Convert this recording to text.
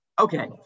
Okay